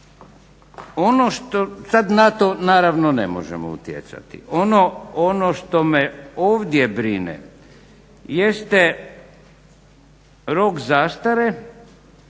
Ono što sad na to naravno ne možemo utjecati. Ono što me ovdje brine jeste rok zastare